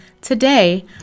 Today